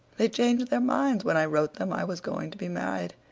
they changed their minds when i wrote them i was going to be married.